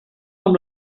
com